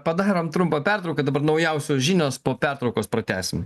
padarom trumpą pertrauką dabar naujausios žinios po pertraukos pratęsim